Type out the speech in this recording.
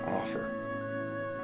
offer